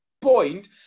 point